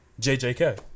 JJK